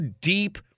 deep